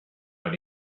but